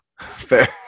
fair